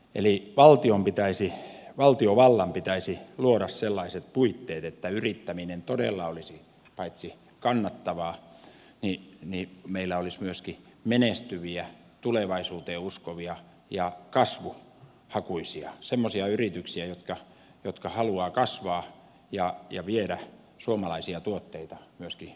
eli valtiovallan pitäisi luoda sellaiset puitteet että yrittäminen todella olisi kannattavaa ja meillä olisi myöskin semmoisia menestyviä tulevaisuuteen uskovia ja kasvuhakuisia yrityksiä jotka haluavat kasvaa ja viedä suomalaisia tuotteita myöskin ulkomaille